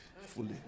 fully